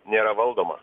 nėra valdoma